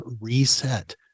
reset